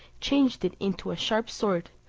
changed it into a sharp sword,